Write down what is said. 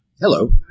Hello